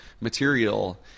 material